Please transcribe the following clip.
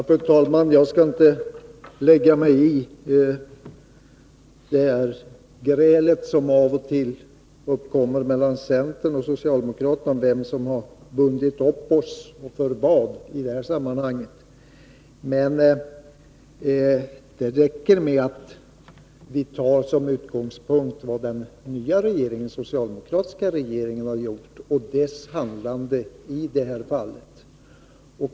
Fru talman! Jag skall inte lägga mig i grälet som av och till uppkommer mellan centern och socialdemokraterna om vem som har bundit upp oss och för vad. Det räcker med att vi tar som utgångspunkt vad den nya regeringen, ! den socialdemokratiska, har gjort och dess handlande i det här fallet.